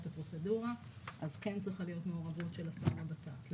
הפרוצדורה אז כן צריכה להיות מעורבות של השר לבט"פ.